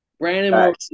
Brandon